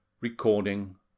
Recording